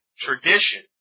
tradition